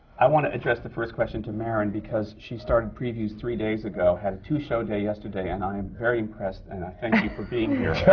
i want to address the first question to marin, because she started previews three days ago, had a two show day yesterday, and i am very impressed, and i thank you for being here.